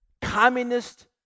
communist